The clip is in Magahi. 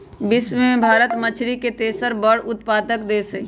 विश्व में भारत मछरी के तेसर सबसे बड़ उत्पादक देश हई